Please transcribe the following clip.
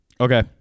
Okay